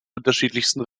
unterschiedlichsten